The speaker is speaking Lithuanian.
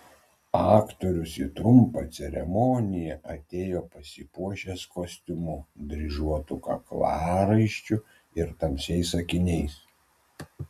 aktorius į trumpą ceremoniją atėjo pasipuošęs kostiumu dryžuotu kaklaraiščiu ir tamsiais akiniais